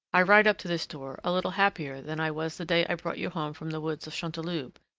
i ride up to this door a little happier than i was the day i brought you home from the woods of chanteloube,